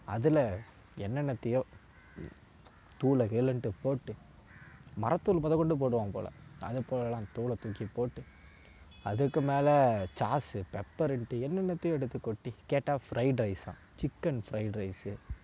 அதில் என்னென்னத்தயோ தூளகீளன்ட்டு போட்டு மரத்தூள் முதக்கொண்டு போடுவான் போல அதை போலலாம் தூளை தூக்கி போட்டு அதுக்கு மேலே ச்சாஸு பெப்பருன்ட்டு என்னென்னத்தையோ எடுத்து கொட்டி கேட்டால் ஃப்ரைட் ரைஸாம் சிக்கன் ஃப்ரைட் ரைஸு